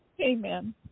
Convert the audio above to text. Amen